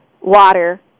water